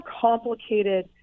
complicated